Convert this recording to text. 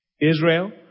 Israel